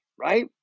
right